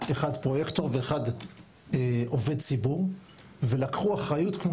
אחד פרויקטור ואחד עובד ציבור ולקחו אחריות כפי